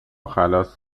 خلاص